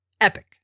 epic